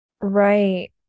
Right